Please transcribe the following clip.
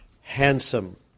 handsome